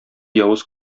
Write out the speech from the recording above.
явыз